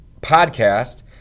podcast